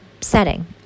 setting